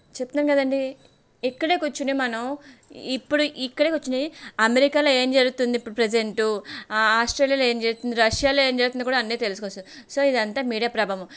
చెప్తున్నాను కదండి ఇక్కడే కూర్చొని మనం ఇప్పుడు ఇక్కడే కూర్చొని అమెరికాలో ఏం జరుగుతుంది ఇప్పుడు ప్రజెంట్ ఆస్ట్రేలియాలో ఏం జరుగుతుంది రష్యాలో ఏం జరుగుతుందో కూడా అన్నీ తెలుసుకోవచ్చు సో ఇది అంతా మీడియా ప్రభావం